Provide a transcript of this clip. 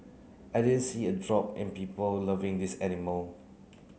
I didn't see a drop in people loving these animal